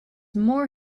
more